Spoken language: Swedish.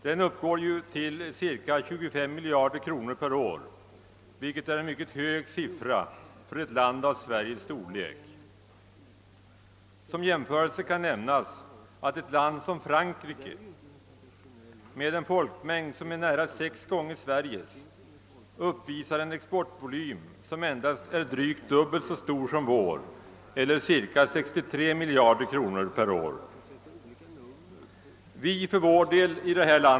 Den uppgår till cirka 25 miljarder kronor per år, vilket är en mycket hög siffra för ett land av Sveriges storlek. Som jämförelse kan nämnas att Frankrike med en folkmängd som är nära sex gånger så stor som Sveriges har en exportvolym som endast är drygt dubbelt så stor som vår, cirka 63 miljarder kronor per år.